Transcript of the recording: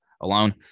alone